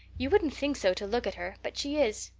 you wouldn't think so to look at her, but she is.